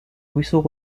ruisseaux